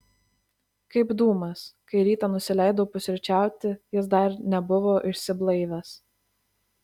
kaip dūmas kai rytą nusileidau pusryčiauti jis dar nebuvo išsiblaivęs